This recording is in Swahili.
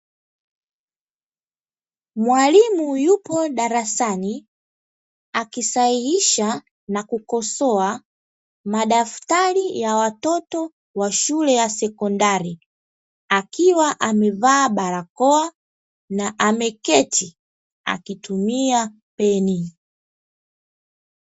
Mwalimu yupo darasani akisahihisha na kukosoa madaftari ya watoto wa shule ya sekondari akiwa amevaa barakoa na ameketi akitumia peni.